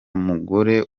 mugore